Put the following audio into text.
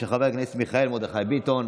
של חבר הכנסת מיכאל מרדכי ביטון.